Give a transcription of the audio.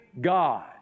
God